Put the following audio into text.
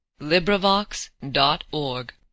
LibriVox.org